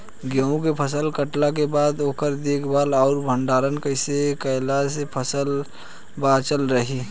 गेंहू के फसल कटला के बाद ओकर देखभाल आउर भंडारण कइसे कैला से फसल बाचल रही?